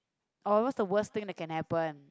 or what's the worst thing that can happen